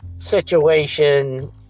Situation